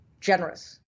generous